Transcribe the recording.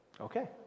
Okay